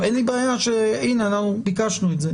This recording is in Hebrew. הנה, ביקשנו את זה.